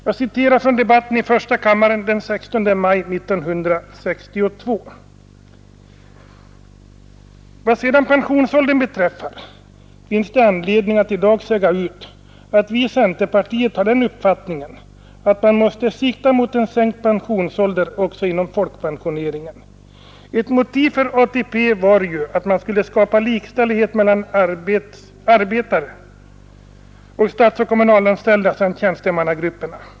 Jag citerar från debatten i första kammaren den 16 maj 1962: ”Vad sedan pensionsåldern beträffar finns det anledning att i dag säga ut, att vi i centerpartiet har den uppfattningen, att man måste sikta mot en sänkt pensionsålder också inom folkpensioneringen. Ett motiv för ATP var ju att man skulle skapa likställighet mellan arbetare och statsoch kommunalanställda samt tjänstemannagruppen.